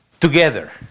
together